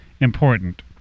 important